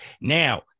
Now